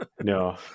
No